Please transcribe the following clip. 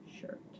shirt